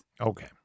Okay